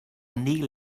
neil